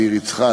ניר-יצחק,